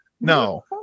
No